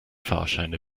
fahrscheine